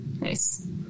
Nice